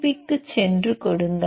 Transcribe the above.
பிக்குச் சென்று கொடுங்கள்